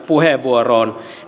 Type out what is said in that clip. puheenvuoroon